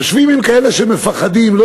יושבים עם כאלה שמפחדים מהם,